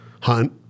hunt